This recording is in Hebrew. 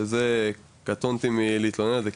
שעל זה קטונתי על להתלונן על זה,